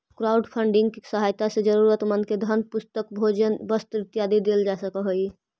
crowdfunding के सहायता से जरूरतमंद के धन भोजन पुस्तक वस्त्र इत्यादि देल जा सकऽ हई